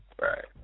Right